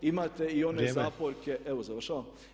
Imate i one zaporke [[Upadica Sanader: Vrijeme.]] Evo završavam.